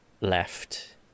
left